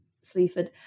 Sleaford